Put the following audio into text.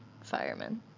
firemen